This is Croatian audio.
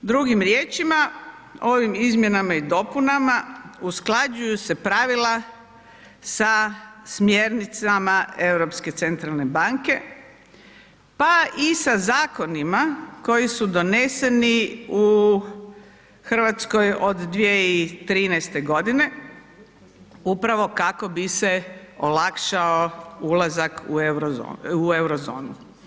Drugim riječima, ovim izmjenama i dopunama usklađuju se pravila sa smjernicama Europske centralne banke, pa i sa zakonima koji su doneseni u RH od 2013.g. upravo kako bi se olakšao ulazak u Eurozonu.